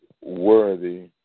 worthy